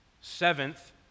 Seventh